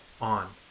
on